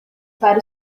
para